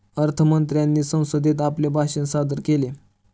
अर्थ मंत्र्यांनी संसदेत आपले भाषण सादर केले